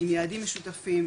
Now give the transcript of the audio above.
עם יעדים משותפים,